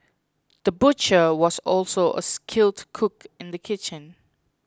the butcher was also a skilled cook in the kitchen